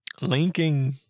linking